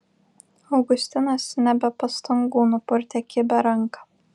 augustinas ne be pastangų nupurtė kibią ranką